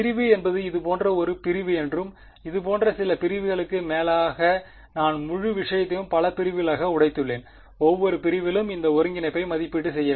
ஒரு பிரிவு என்பது இது போன்ற ஒரு பிரிவு என்றும் இதுபோன்ற சில பிரிவுகளுக்கு மேலாக நான் முழு விஷயத்தையும் பல பிரிவுகளாக உடைத்துள்ளேன் ஒவ்வொரு பிரிவிலும் இந்த ஒருங்கிணைப்பை மதிப்பீடு செய்ய வேண்டும்